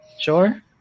sure